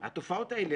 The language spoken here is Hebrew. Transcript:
התופעות האלה,